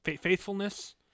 Faithfulness